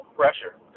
pressure